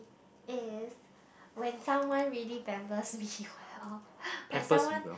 if when someone really pampers me well when someone